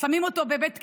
שמים אותו בבית כלא,